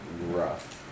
rough